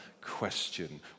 question